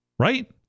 Right